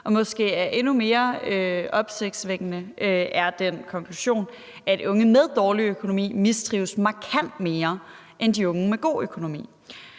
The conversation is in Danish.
Og måske endnu mere opsigtsvækkende er den konklusion, at unge med dårlig økonomi mistrives markant mere end unge med god økonomi,